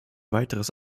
weiteres